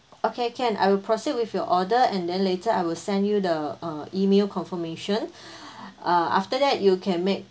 okay can I will proceed with your order and then later I will send you the uh E-mail confirmation uh after that you can make